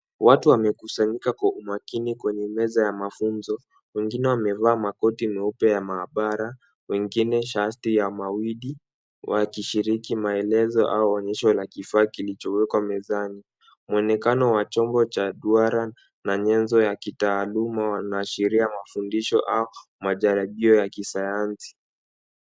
Watu wamekusanyika kwa umakini kwenye meza ya mafunzo, wengine wamevaa makoti meupe ya maabara, wengine shati ya mawidi ,wakishiriki maelezo au onyesho la kifaa kilichowekwa mezani. Mwonekano wa chombo cha duara na nyenzo ya kitaaluma wanaashiria mafundisho au matarajio ya kisayansi.